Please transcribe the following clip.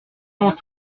mon